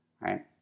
right